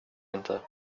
inte